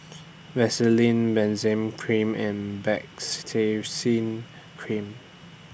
Vaselin Benzac Cream and Baritex Cream